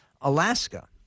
Alaska